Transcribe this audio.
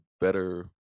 better